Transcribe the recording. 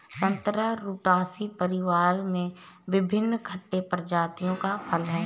संतरा रुटासी परिवार में विभिन्न खट्टे प्रजातियों का फल है